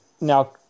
now